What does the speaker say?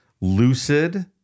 Lucid